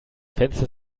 fenster